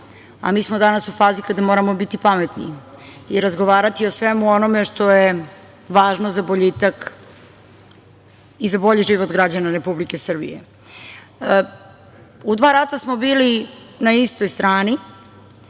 a mi smo danas u fazi kada moramo biti pametni i razgovarati o svemu onome što je važno za boljitak i za bolji život građana Republike Srbije.U dva rata smo bili na istoj strani.